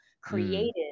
created